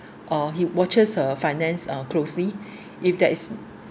uh he watches her finance uh closely if there is